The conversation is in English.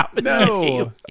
No